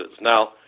Now